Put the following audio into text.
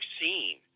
seen